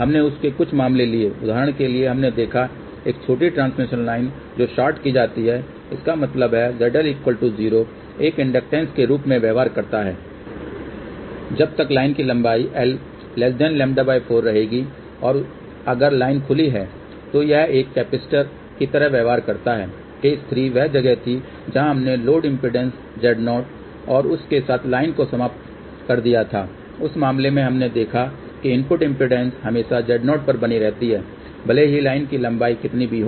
हमने उस के कुछ मामले लिये उदाहरण के लिए हमने देखा एक छोटी ट्रांसमिशन लाइन जो शॉर्ट की जाती है इसका मतलब है ZL 0 एक इंडक्टेंश के रूप में व्यवहार करता है जब तक लाइन की लंबाई l λ 4 रहेगी और अगर लाइन खुली है तो यह एक कैपेसिटर की तरह व्यवहार करता है केस 3 वह जगह थी जहां हमने लोड इम्पीडेन्स Z0 और उस के साथ लाइन को समाप्त कर दिया था उस मामले में हमने देखा कि इनपुट इम्पीडेन्स हमेशा Z0 पर बनी रहती है भले ही लाइन की लंबाई कितनी भी हो